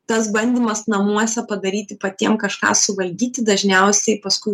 tas bandymas namuose padaryti patiem kažką suvaldyti dažniausiai paskui